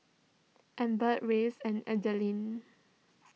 Amber Rance and Ethelene